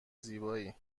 زیبایی